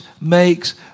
makes